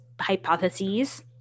hypotheses